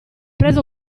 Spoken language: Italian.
preso